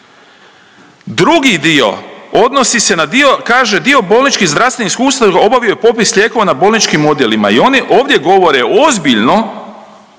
Drugi dio odnosi se na dio, kaže dio bolničkih zdravstvenih ustanova obavio je popis lijekova na bolničkim odjelima i oni ovdje govore ozbiljno